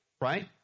right